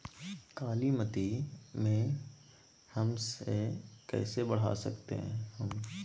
कालीमती में हमस कैसे बढ़ा सकते हैं हमस?